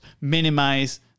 minimize